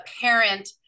parent